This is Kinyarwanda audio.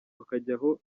hakajyaho